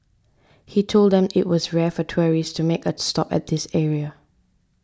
he told them it was rare for tourists to make a stop at this area